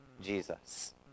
Jesus